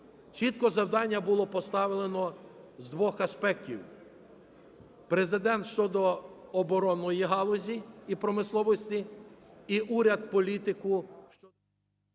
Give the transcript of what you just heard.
чітко завдання було поставлено з двох аспектів: Президент – щодо оборонної галузі і промисловості і уряд – політику